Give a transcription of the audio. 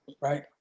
Right